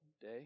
day